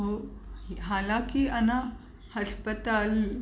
उहो हालाकी अञा हस्पताल